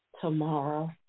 tomorrow